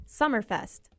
Summerfest